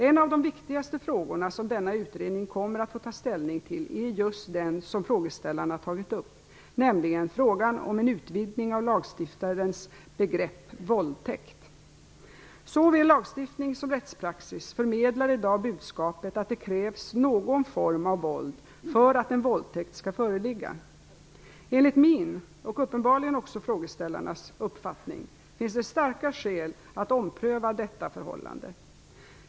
En av de viktigaste frågorna som denna utredning kommer att få ta ställning till är just den som frågeställarna tagit upp, nämligen frågan om en utvidgning av lagstiftarens begrepp våldtäkt. Såväl lagstiftning som rättspraxis förmedlar i dag budskapet att det krävs någon form av våld för att en våldtäkt skall föreligga. Enligt min - och uppenbarligen också frågeställarnas - uppfattning finns det starka skäl att ompröva detta förhållande.